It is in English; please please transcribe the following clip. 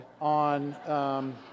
on